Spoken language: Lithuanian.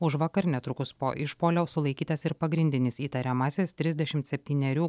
užvakar netrukus po išpuolio sulaikytas ir pagrindinis įtariamasis trisdešimt septynerių